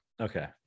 Okay